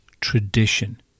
tradition